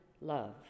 love